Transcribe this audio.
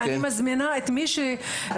ואני מזמינה את מי שמוכן,